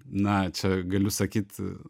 na čia galiu sakyt